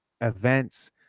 events